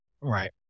Right